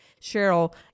Cheryl